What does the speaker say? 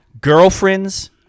Girlfriends